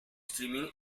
streaming